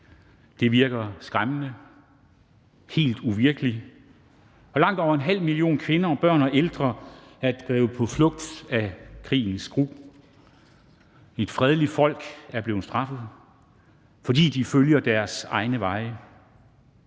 Det virker skræmmende, helt uvirkeligt. Langt over en halv million kvinder, børn og ældre er drevet på flugt fra krigens gru. Et fredeligt folk er blevet straffet, fordi de følger deres egne veje.